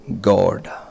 God